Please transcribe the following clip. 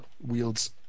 wields